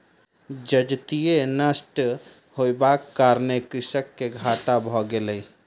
जजति नष्ट होयबाक कारणेँ कृषक के घाटा भ गेलै